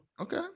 Okay